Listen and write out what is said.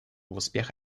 успех